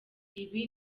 ibi